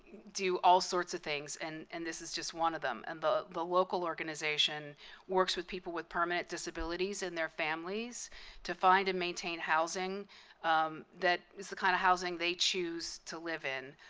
do all sorts of things, and and this is just one of them. and the the local organization works with people with permanent disabilities and their families to find and maintain housing that is the kind of the housing they choose to live in,